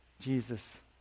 Jesus